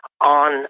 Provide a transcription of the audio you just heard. on